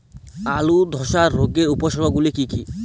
আলুর ধসা রোগের উপসর্গগুলি কি কি?